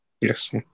Yes